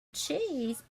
cheese